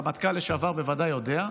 הרמטכ"ל לשעבר בוודאי יודע,